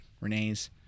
Renee's